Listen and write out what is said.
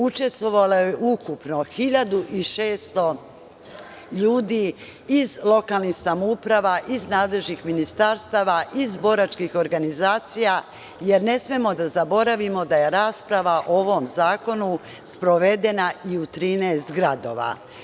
Učestvovalo je ukupno 1600 ljudi iz lokalnih samouprava, iz nadležnih ministarstava iz boračkih organizacija, jer ne smemo da zaboravimo da je rasprava o ovom zakonu sprovedena i u 13 gradova.